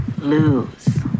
lose